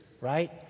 right